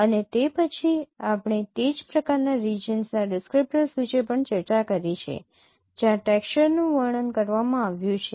અને તે પછી આપણે તે જ પ્રકારના રિજિયન્સના ડિસક્રીપ્ટર્સ વિશે પણ ચર્ચા કરી છે જ્યાં ટેક્સચરનું વર્ણન કરવામાં આવ્યું છે